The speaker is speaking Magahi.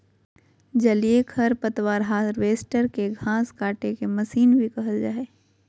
जलीय खरपतवार हार्वेस्टर, के घास काटेके मशीन भी कहल जा हई